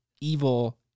evil